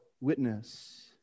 witness